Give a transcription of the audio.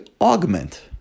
augment